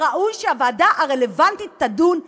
ראוי שהוועדה הרלוונטית תדון בכך.